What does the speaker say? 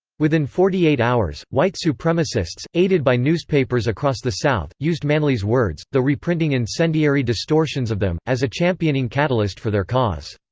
within forty eight hours, white supremacists, aided by newspapers across the south, used manly's words though reprinting incendiary distortions of them as a championing catalyst for their cause.